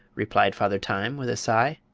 replied father time, with a sigh.